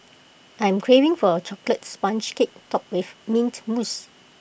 I am craving for A Chocolate Sponge Cake Topped with Mint Mousse